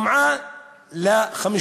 שמעה 52